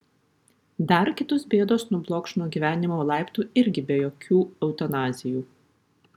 dar kitus bėdos nublokš nuo gyvenimo laiptų irgi be jokių eutanazijų